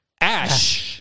Ash